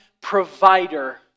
provider